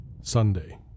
Sunday